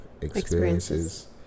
experiences